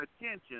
attention